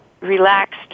relaxed